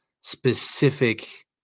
specific